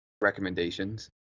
recommendations